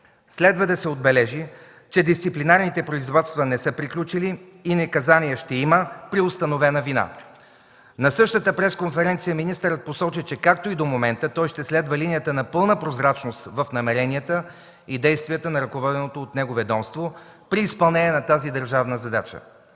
Следва да се отбележи, че дисциплинарните производства не са приключили и наказания ще има при установена вина. На същата пресконференция министърът посочи, че както и до момента, той ще следва линията на пълна прозрачност в намеренията и действията на ръководеното от него ведомство при изпълнение на тази държавна задача.